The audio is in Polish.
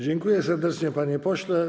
Dziękuję serdecznie, panie pośle.